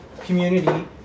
community